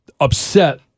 upset